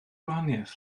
gwahaniaeth